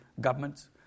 governments